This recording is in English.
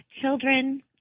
children